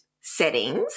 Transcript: settings